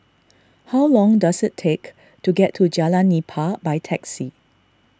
how long does it take to get to Jalan Nipah by taxi